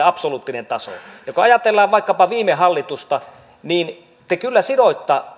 absoluuttinen taso kun ajatellaan vaikkapa viime hallitusta niin te kyllä sidoitte